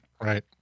right